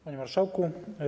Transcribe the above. Panie Marszałku!